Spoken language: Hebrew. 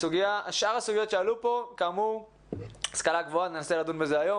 שאר הסוגיות שעלו פה: ההשכלה הגבוהה ננסה לדון בזה היום,